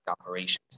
operations